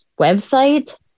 website